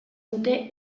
dute